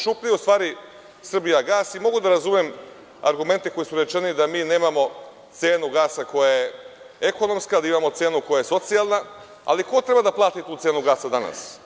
Šuplje je u stvari „Srbijagas“ i mogu da razumem argumente koji su rečeni da mi nemamo cenu gasa koja je ekonomska, da imamo cenu koja je socijalna, ali ko treba da plati tu cenu gasa danas?